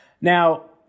Now